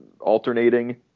alternating